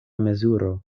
mezuro